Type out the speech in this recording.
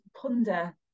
ponder